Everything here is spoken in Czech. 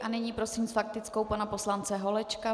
A nyní prosím s faktickou pana poslance Holečka.